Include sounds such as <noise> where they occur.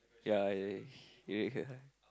ya I <noise>